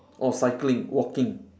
oh cycling walking